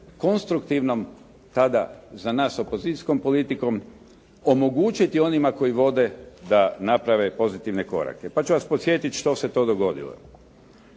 konstruktivnom tada za nas opozicijskom politikom omogućiti onima koji vode da naprave pozitivne korake, pa ću vas podsjetiti što se to dogodilo.